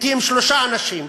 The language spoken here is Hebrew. מתים שלושה אנשים,